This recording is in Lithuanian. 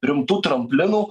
rimtu tramplinu